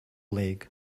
league